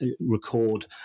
record